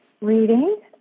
reading